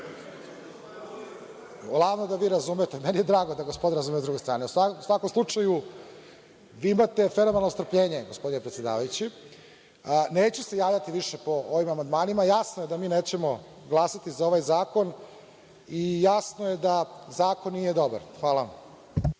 da vi razumete. Meni je drago da gospodin razume drugu stranu.U svakom slučaju, vi imate fenomenalno strpljenje gospodine predsedavajući. Neću se javljati više po ovim amandmanima. Jasno je da mi nećemo glasati za ovaj zakon i jasno je da zakon nije dobar. Hvala vam.